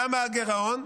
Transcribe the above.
כמה הגירעון?